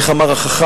איך אמר החכם?